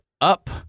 up